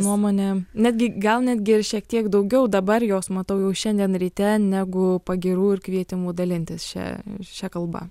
nuomonė netgi gal netgi ir šiek tiek daugiau dabar jos matau jau šiandien ryte negu pagyrų ir kvietimų dalintis šia šia kalba